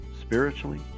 spiritually